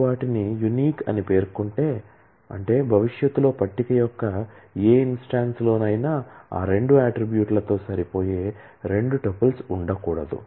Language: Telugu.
మీరు వాటిని యూనిక్ అని పేర్కొంటే అంటే భవిష్యత్తులో టేబుల్ యొక్క ఏ ఇన్స్టాన్స్ లోనైనా ఆ రెండు అట్ట్రిబ్యూట్స్లతో సరిపోయే రెండు టుపుల్స్ ఉండకూడదు